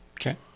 Okay